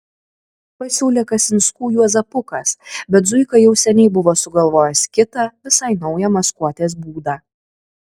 pasiūlė kasinskų juozapukas bet zuika jau seniai buvo sugalvojęs kitą visi naują maskuotės būdą